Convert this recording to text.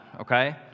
okay